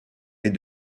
est